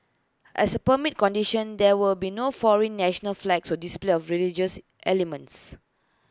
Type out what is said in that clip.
as A permit conditions there were to be no foreign national flags or display of religious elements